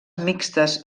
mixtes